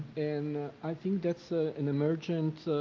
and i think that's ah an emergent,